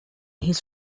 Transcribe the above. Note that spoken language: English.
his